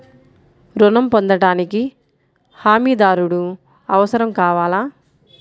ఋణం పొందటానికి హమీదారుడు అవసరం కావాలా?